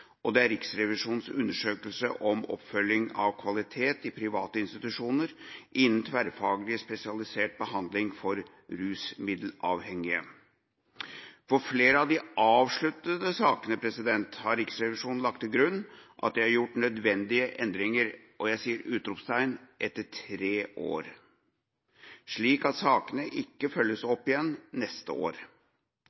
Riksrevisjonens undersøkelse om oppfølging av og kvalitet i private institusjoner innen tverrfaglig spesialisert behandling for rusmiddelavhengige For flere av de avsluttede sakene har Riksrevisjonen lagt til grunn at det er gjort nødvendige endringer – etter tre år! – slik at sakene ikke følges